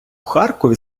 харкові